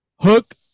Hook